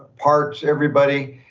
parks, everybody.